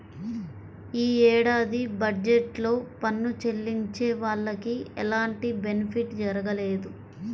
యీ ఏడాది బడ్జెట్ లో పన్ను చెల్లించే వాళ్లకి ఎలాంటి బెనిఫిట్ జరగలేదు